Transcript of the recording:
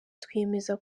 twiyemeza